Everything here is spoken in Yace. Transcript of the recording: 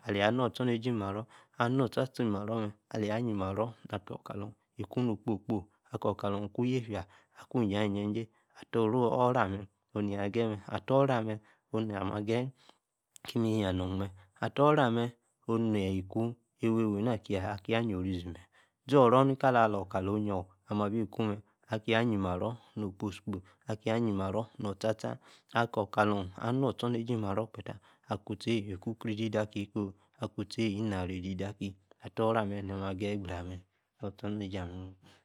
Aleyi annu, ostornejie, ima-ro, onu-otar-tar, ima-lo mme, aleyi, ayi, maro, akor, kalun, ikuu, no-okpo, akor, kalor, ikuu, nie-fia, akwa-ijajau-isajay, ata-oro ame, onu, neyi ayeyi mem, ator-oro mme, nom-ma, ageyi, ki-ni. ya-nor, mme, ator-oro amem, onu neyi, kuu, awy-wey na, kia, yi-orizi mem, zoro, nka-alor, ka-lor, oyi-oor, abi-kuu mme no-lposi-kposi, akia, oyi-maro, nor- otar-tar. akor ka-lor, nor-ostornejie, imaro, kpe-taah, utiey-bi kuu, kri-didi, akie ko-oh, akuu, utiey, ina-rididi aki, ator, oro amem, nammi-ageyi gbraah mme, nor, ostor-nejie ame